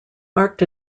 marked